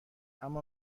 اما